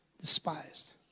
despised